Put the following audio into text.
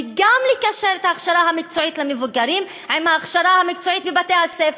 וגם לקשר את ההכשרה המקצועית למבוגרים עם ההכשרה המקצועית בבתי-הספר.